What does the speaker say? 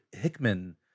Hickman